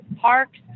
Parks